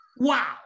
Wow